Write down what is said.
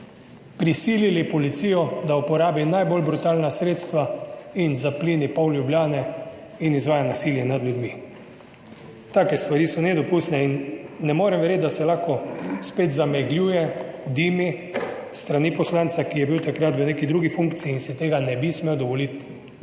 prisilili policijo, da uporabi najbolj brutalna sredstva in zapleni pol Ljubljane in izvaja nasilje nad ljudmi. Take stvari so nedopustne in ne morem verjeti, da se lahko spet zamegljuje, dimi s strani poslanca, ki je bil takrat v neki drugi funkciji in si tega ne bi smel dovoliti